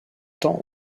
temps